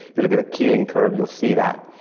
if you'll get a keeling curve you'll see that.